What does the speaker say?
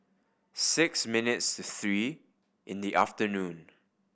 six minutes to three in the afternoon